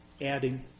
adding